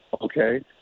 okay